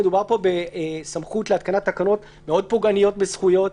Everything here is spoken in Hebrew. מדובר פה בסמכות להתקנת תקנות מאוד פוגעניות בזכויות,